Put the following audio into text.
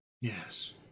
Yes